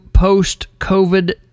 post-COVID